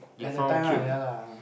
ya that time lah ya lah